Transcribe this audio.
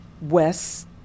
Wes